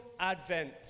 advent